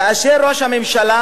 כאשר ראש הממשלה,